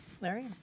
Larry